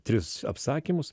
tris apsakymus